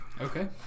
Okay